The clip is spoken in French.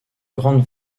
grande